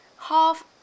half